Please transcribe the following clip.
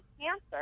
cancer